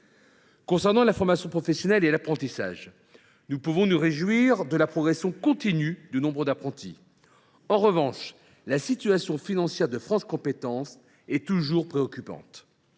Concernant la formation professionnelle et l’apprentissage, nous pouvons nous réjouir de la progression continue du nombre d’apprentis. En revanche, la situation financière de France Compétences est toujours préoccupante.